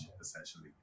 essentially